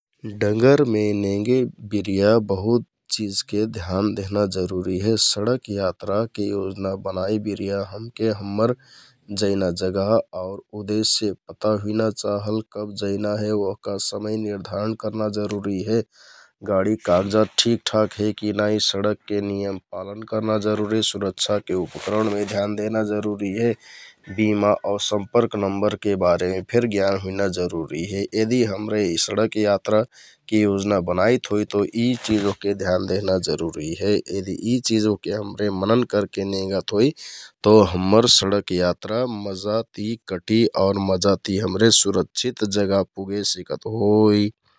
डगरमे नेंगे बिरिया बहुत चिझके ध्यान देहना जरुरी हे । सडक यात्राके योजना बनाइ बिरिया हमके हम्मर जैना जगह आउर उदेश्य पता हुइना चाहल, कब जइना हे ओहका समय निर्धारण करना जरुरी हे । गाडीक कागजात ठिकठाक हे कि नाइ, सडकके नियम पालन करना जरुरी, सुरक्षााके के उपकरणमे ध्यान देहना जरुरी हे । बिमा आउ सम्पर्क नम्बरके बारेमे फेर जानकारी हुइना जरुरी हे यदि हमरे यि सडक यात्राके योजना बनाइथोइ तौ यि चिझ ओहके ध्यान देहना जरुरी हे । यदि यि चिझ ओहके हमरे मनन करके नेंगत होइ तौ हम्मर सडकके यात्रा मजाति कटि आउर मजा ति हमरे सुरक्षित जगह पुगे सिकत होइ ।